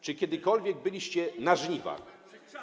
Czy kiedykolwiek byliście na żniwach?